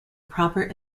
proper